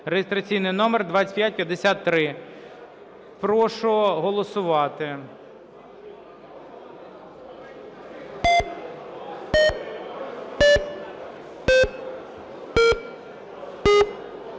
(реєстраційний номер 2553). Прошу голосувати.